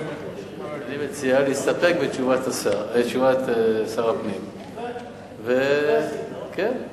אני מציע להסתפק בתשובת שר הפנים ולהוריד את